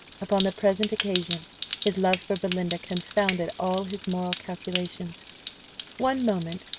upon the present occasion his love for belinda confounded all his moral calculations one moment,